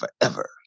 forever